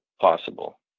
possible